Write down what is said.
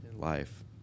life